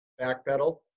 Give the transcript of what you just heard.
backpedal